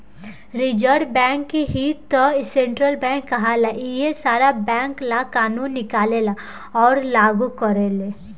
reserve bank के ही त सेन्ट्रल बैंक कहाला इहे सारा बैंक ला कानून निकालेले अउर लागू करेले